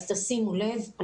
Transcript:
תשימו לב,